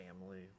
family